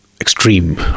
extreme